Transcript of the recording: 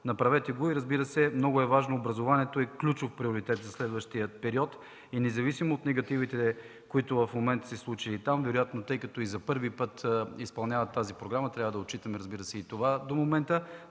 Направете го. Разбира се, образованието е ключов приоритет за следващия период. Независимо от негативите, които в момента са се случили там, вероятно тъй като за първи път изпълняват тази програма – трябва да отчитаме и това до момента,